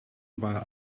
war